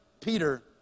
Peter